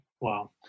Wow